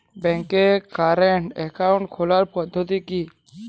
ব্যাংকে current account খোলার পদ্ধতি কি?